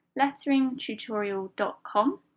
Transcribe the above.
letteringtutorial.com